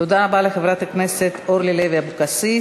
תודה רבה לחברת הכנסת אורלי לוי אבקסיס.